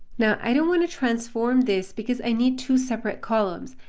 now, i don't want to transform this, because i need two separate columns,